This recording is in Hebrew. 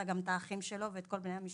אלא גם את האחים שלו ואת כל בני המשפחה.